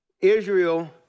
Israel